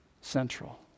central